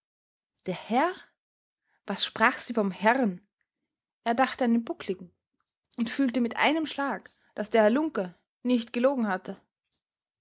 der herr was sprach sie vom herrn er dachte an den buckligen und fühlte mit einem schlag daß der hallunke nicht gelogen hatte